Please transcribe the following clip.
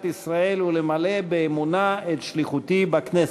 ישראל ולמלא באמונה את שליחותי בכנסת".